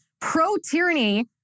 pro-tyranny